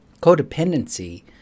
Codependency